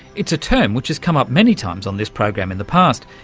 it's a term which has come up many times on this program in the past,